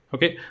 Okay